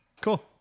Cool